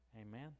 Amen